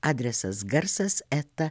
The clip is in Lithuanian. adresas garsas eta